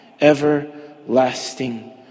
everlasting